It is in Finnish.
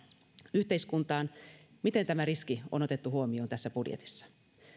yhteiskuntaan miten tämä riski on otettu huomioon tässä budjetissa